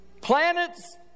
Planets